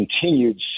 continued